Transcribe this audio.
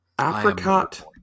Apricot